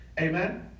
Amen